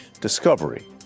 discovery